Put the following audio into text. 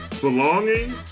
belonging